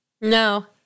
No